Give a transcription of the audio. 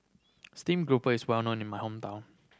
stream grouper is well known in my hometown